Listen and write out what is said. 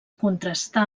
contrastar